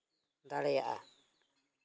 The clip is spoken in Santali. ᱫᱟᱲᱮᱭᱟᱜᱼᱟ